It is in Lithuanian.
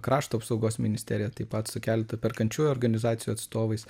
krašto apsaugos ministerija taip pat su keletu perkančiųjų organizacijų atstovais